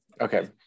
Okay